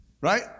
right